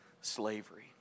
slavery